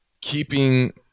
keeping